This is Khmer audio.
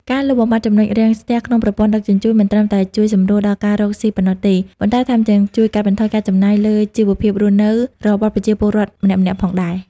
ការលុបបំបាត់ ចំណុចរាំងស្ទះ ក្នុងប្រព័ន្ធដឹកជញ្ជូន មិនត្រឹមតែជួយសម្រួលដល់ការរកស៊ីប៉ុណ្ណោះទេ ប៉ុន្តែថែមទាំងជួយកាត់បន្ថយការចំណាយលើជីវភាពរស់នៅរបស់ប្រជាពលរដ្ឋម្នាក់ៗផងដែរ។